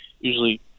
usually